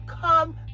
come